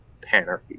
Panarchy